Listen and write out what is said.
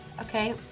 Okay